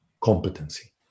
competency